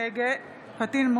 נגד טטיאנה